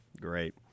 Great